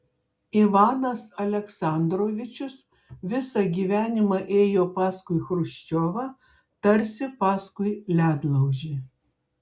ivanas aleksandrovičius visą gyvenimą ėjo paskui chruščiovą tarsi paskui ledlaužį